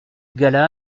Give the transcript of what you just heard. gala